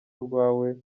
urwawe